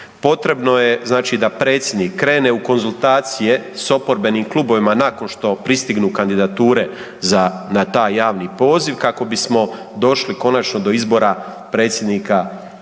potrebno je znači da Predsjednik krene u konzultacije s oporbenim klubovima nakon što pristignu kandidature za na taj javni poziv kako bismo došli konačno do izbora predsjednika